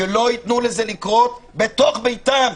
שלא ייתנו לזה לקרות בתוך ביתם.